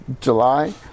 July